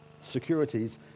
securities